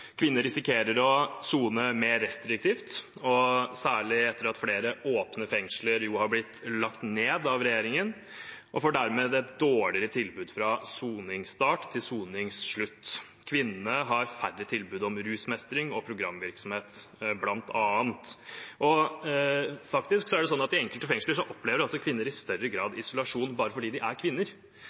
Kvinner risikerer å sone mer restriktivt, og særlig etter at flere åpne fengsler har blitt lagt ned av regjeringen, får de dermed et dårligere tilbud fra soningsstart til soningsslutt. Kvinnene har bl.a. færre tilbud om rusmestring og programvirksomhet. Faktisk er det slik at i enkelte fengsler opplever kvinner i større grad isolasjon, bare fordi de er kvinner.